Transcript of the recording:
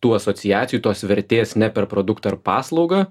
tų asociacijų tos vertės ne per produktą ar paslaugą